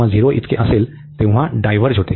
करते तेव्हा ते डायव्हर्ज होते